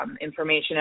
information